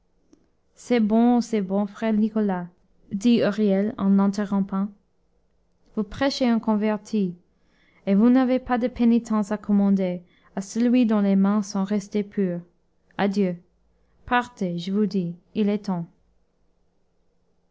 c'est bon c'est bon frère nicolas dit huriel en l'interrompant vous prêchez un converti et vous n'avez pas de pénitence à commander à celui dont les mains sont restées pures adieu partez je vous dis il est temps